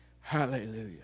Hallelujah